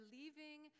leaving